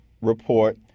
report